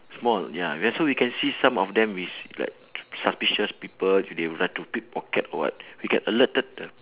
small ya we are so we can see some of them is like suspicious people if they try to pickpocket or what we can alerted the